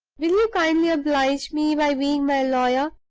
will you kindly oblige me by being my lawyer?